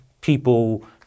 people